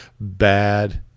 Bad